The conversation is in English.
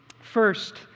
First